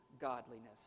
godliness